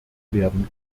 werden